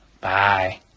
Bye